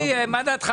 אני מבקש